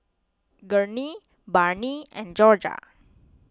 Gurney Barney and Jorja